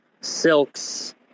Silk's